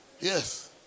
Yes